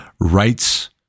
rights